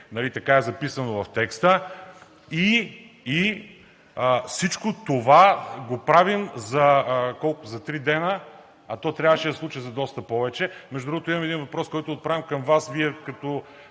така е записано в текста. И всичко това го правим за колко – за три дни, а то трябваше да се случи за доста повече. Между другото, имам един въпрос, който отправям към Вас, а Вие, като